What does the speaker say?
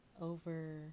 over